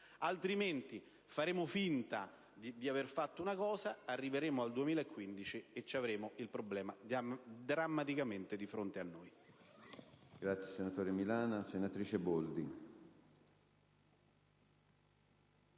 Altrimenti faremo finta di aver realizzato qualcosa e arriveremo al 2015 avendo il problema drammaticamente di fronte a noi.